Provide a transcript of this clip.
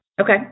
Okay